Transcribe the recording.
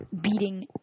beating –